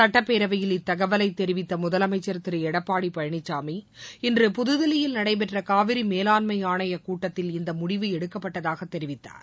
சட்டப்பேரவையில் இத்தகவலை தெரிவித்த முதலமைச்சர் திரு எடப்பாடி பழனிசாமி இன்று புதுதில்லியில் நடைபெற்ற காவிரி மேலாண்மை ஆணையக்கூட்டத்தில் இந்த முடிவு எடுக்கப்பட்டதாக தெரிவித்தார்